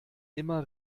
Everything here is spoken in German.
immer